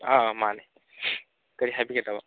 ꯑꯥ ꯃꯥꯅꯤ ꯀꯔꯤ ꯍꯥꯏꯕꯤꯒꯗꯕ